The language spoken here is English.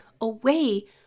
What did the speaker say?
away